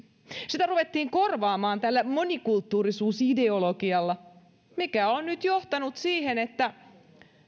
sitä ruvettiin korvaamaan tällä monikulttuurisuusideologialla mikä on nyt johtanut siihen että